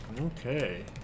Okay